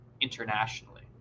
internationally